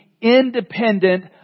independent